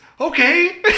Okay